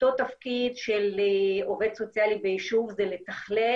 אותו תפקיד של עובד סוציאלי ביישוב זה לתכלל